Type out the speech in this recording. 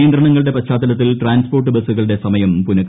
നിയന്ത്രണങ്ങളുടെ പശ്ചാത്തലത്തിൽ ട്രാൻസ്പോർട്ട് ബസുകളുടെ സമയം പുനക്രമീകരിച്ചു